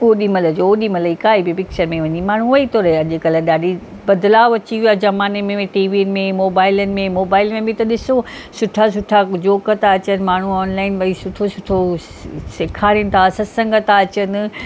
ओॾीमहिल जो ओॾीमहिल ई काई बि पिक्चर में माण्हूं वेही थो रहे अॼुकल्ह ॾाढी बदिलाउ अची वियो आहे ज़माने में भई टीवीनि में मोबाइलियुनि में मोबाइल में बि ॾिसो सुठा सुठा जोक था अचनि माण्हूं ऑनलाइन वेही सुठो सुठो स सेखारिनि था सत्संग था अचनि